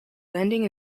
landing